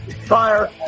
Fire